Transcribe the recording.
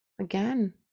again